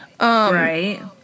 Right